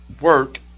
work